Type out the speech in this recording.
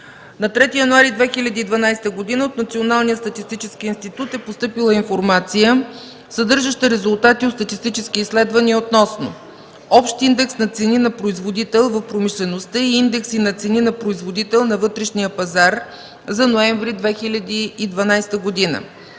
На 3 януари 2013 г. от Националния статистически институт е постъпила информация, съдържаща резултати от статистически изследвания относно: Общ индекс на цени на производител в промишлеността и индекси на цени на производител на вътрешния пазар за месец ноември 2012 г.;